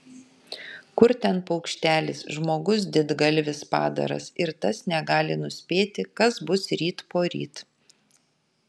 kur ten paukštelis žmogus didgalvis padaras ir tas negali nuspėti kas bus ryt poryt